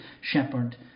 shepherd